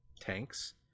tanks